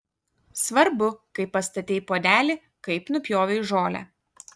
svarbu kaip pastatei puodelį kaip nupjovei žolę